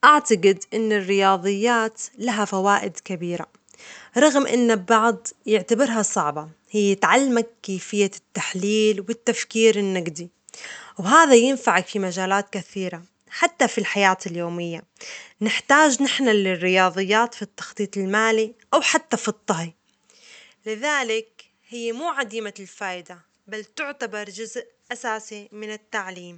أعتجد أن الرياظيات لها فوائد كبيرة رغم أن البعض يعتبرها صعبة، هي تعلمك كيفية التحليل والتفكير النجدي، وهذا ينفعك في مجالات كثيرة حتى في الحياة اليومية، نحتاج نحن للرياظيات في التخطيط المالي أو حتى في الطهي، لذلك هي مو عديمة الفائدة، بل تعتبر جزء أساسي من التعليم.